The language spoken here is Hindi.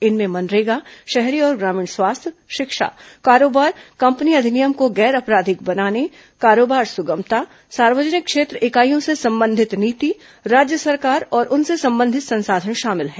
इनमें मनरेगा शहरी और ग्रामीण स्वास्थ्य शिक्षा कारोबार कंपनी अधिनियम को गैर आपराधिक बनाने कारोबार सुगमता सार्वजनिक क्षेत्र इकाइयों से संबंधित नीति राज्य सरकार और उनसे संबंधित संसाधन शामिल हैं